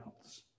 else